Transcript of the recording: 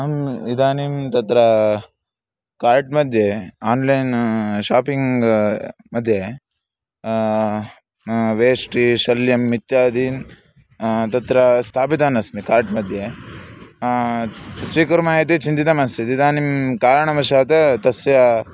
अहम् इदानीं तत्र कार्ट् मध्ये आन्लैन् शापिङ्ग् मध्ये वेष्टि शल्यम् इत्यादीन् तत्र स्थापितवान् अस्मि कार्ट् मध्ये स्वीकुर्मः इति चिन्तितमासीत् इदानीं कारणवशात् तस्य